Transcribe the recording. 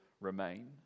remain